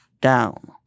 down